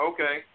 Okay